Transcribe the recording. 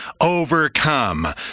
overcome